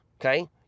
Okay